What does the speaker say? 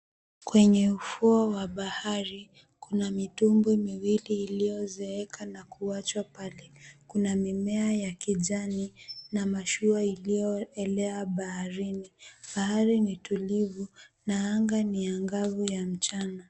Kwenye ufuo wa bahari kuna mitumbwi miwili iliyozeeka na kuwachwa pale. Kuna mimea ya kijani na mashua iliyoelea baharini. Bahari ni tulivu na anga ni angavu ya mchana.